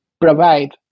provide